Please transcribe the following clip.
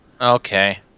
Okay